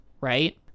right